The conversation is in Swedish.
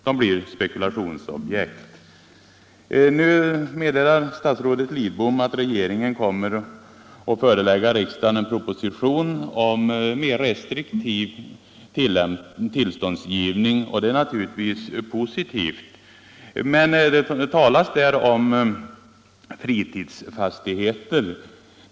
De blir spekulationsobjekt. Statsrådet Lidbom meddelar att regeringen kommer att förelägga riksdagen en proposition med förslag om mer restriktiv tillståndsgivning, och det är naturligtvis positivt. Men det talas här om fritidsfastigheter.